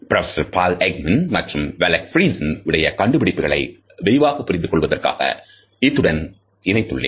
Professor Paul Ekman மற்றும் Wallace Friesen உடைய கண்டுபிடிப்புகளை விரிவாக புரிந்து கொள்வதற்காக இத்துடன் இணைத்துள்ளேன்